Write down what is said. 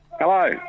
Hello